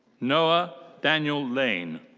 noah daniel lane.